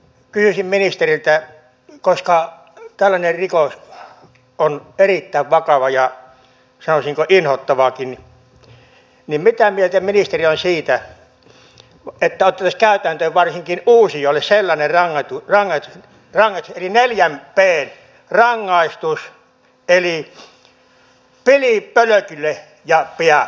kysyisin ministeriltä koska tällainen rikos on erittäin vakava ja sanoisinko inhottavakin että mitä mieltä ministeri on siitä että otettaisiin käytäntöön varsinkin uusijoille sellainen neljän pn rangaistus eli pilit pölkylle ja piät pois